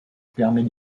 permet